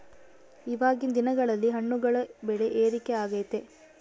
ಇವಾಗಿನ್ ದಿನಗಳಲ್ಲಿ ಹಣ್ಣುಗಳ ಬೆಳೆ ಏರಿಕೆ ಆಗೈತೆ